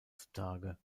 zutage